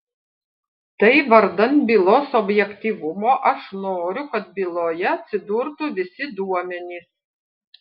tai vardan bylos objektyvumo aš noriu kad byloje atsidurtų visi duomenys